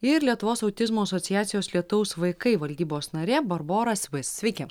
ir lietuvos autizmo asociacijos lietaus vaikai valdybos narė barbora svis sveiki